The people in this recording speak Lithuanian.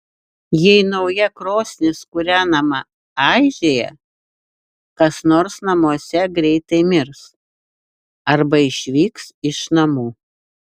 jei nauja krosnis kūrenama aižėja kas nors namuose greitai mirs arba išvyks iš namų